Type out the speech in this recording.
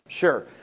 Sure